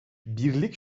birlik